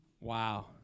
Wow